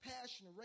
passion